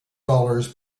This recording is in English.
dollars